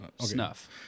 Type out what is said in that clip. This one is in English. Snuff